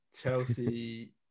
Chelsea